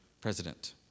president